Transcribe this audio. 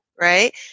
right